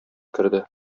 керде